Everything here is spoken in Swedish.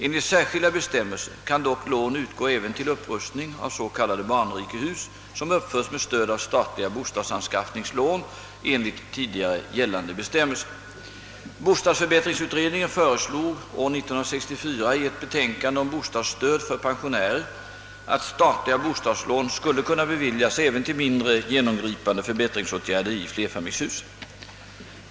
Enligt särskilda bestämmelser kan dock lån utgå även till upprustning av s.k. barnrikehus som uppförts med stöd Bostadsförbättringsutredningen föreslog år 1964 i ett betänkande om bostadsstöd för pensionärer att statliga bostadslån skulle kunna beviljas även till mindre genomgripande förbättringsåtgärder i flerfamiljshus.